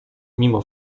mimo